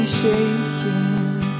shaking